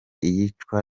iyicwa